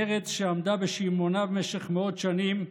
ארץ שעמדה בשיממונה במשך מאות שנים,